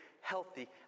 healthy